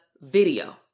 video